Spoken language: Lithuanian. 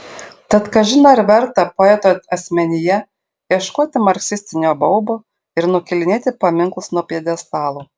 tad kažin ar verta poeto asmenyje ieškoti marksistinio baubo ir nukėlinėti paminklus nuo pjedestalų